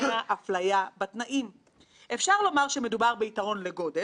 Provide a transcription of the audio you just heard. אסור שהאירועים הקשים הללו יסמאו את עינינו מלראות אותם,